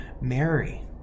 Mary